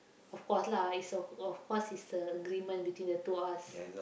of course lah it's a of of course it's a agreement between the two of us